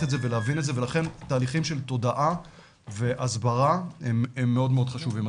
את זה ולהבין את זה ולכן תהליכים של תודעה והסברה הם מאוד מאוד חשובים.